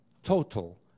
Total